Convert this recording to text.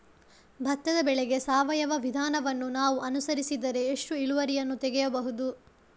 ಭತ್ತದ ಬೆಳೆಗೆ ಸಾವಯವ ವಿಧಾನವನ್ನು ನಾವು ಅನುಸರಿಸಿದರೆ ಎಷ್ಟು ಇಳುವರಿಯನ್ನು ತೆಗೆಯಬಹುದು?